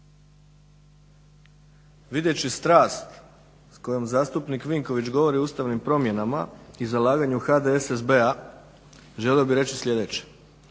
vidjevši strast s kojom zastupnik Vinković govori o ustavnim promjenama i zalaganju HDSSB-a želio bih reći sljedeće.